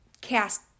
cast